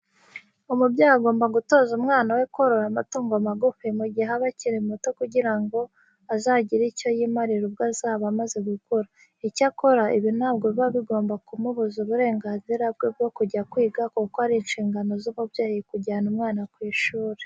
Umubyeyi agomba gutoza umwana we korora amatungo magufi mu gihe aba akiri muto kugira ngo azagire icyo yimarira ubwo azaba amaze gukura. Icyakora ibi ntabwo biba bigomba kumubuza uburenganzira bwe bwo kujya kwiga kuko ari inshingano z'umubyeyi kujyana umwana ku ishuri.